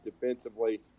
defensively